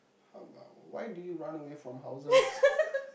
how about why do you run away from houses